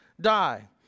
die